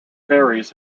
ferries